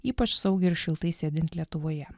ypač saugiai ir šiltai sėdint lietuvoje